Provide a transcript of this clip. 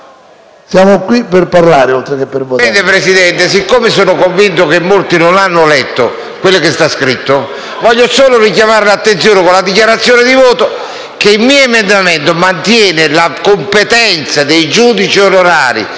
siamo qui per parlare oltre che per votare.